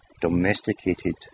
domesticated